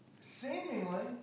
Seemingly